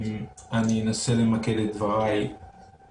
ככה זה קורה באירופה בישראל לא,